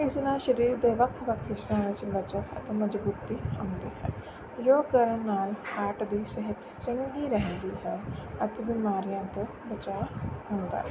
ਇਸ ਨਾਲ ਸਰੀਰ ਦੇ ਵੱਖ ਵੱਖ ਹਿਸਿਆਂ ਵਿੱਚ ਲਚਕ ਅਤੇ ਮਜ਼ਬੂਤੀ ਆਉਂਦੀ ਹੈ ਯੋਗ ਕਰਨ ਨਾਲ ਹਾਰਟ ਦੀ ਸਿਹਤ ਚੰਗੀ ਰਹਿੰਦੀ ਹੈ ਅਤੇ ਬਿਮਾਰੀਆਂ ਤੋਂ ਬਚਾ ਹੁੰਦਾ ਹੈ